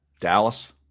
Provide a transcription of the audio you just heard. dallas